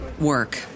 work